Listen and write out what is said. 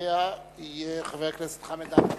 אחריה יהיה חבר הכנסת חמד עמאר.